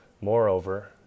moreover